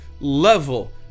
level